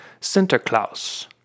Sinterklaas